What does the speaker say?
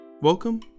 Welcome